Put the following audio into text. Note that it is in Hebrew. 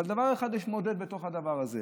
אבל דבר אחד מעודד יש בתוך הדבר הזה,